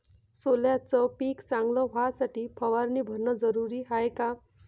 सोल्याचं पिक चांगलं व्हासाठी फवारणी भरनं जरुरी हाये का?